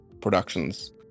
productions